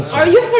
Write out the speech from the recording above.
are you for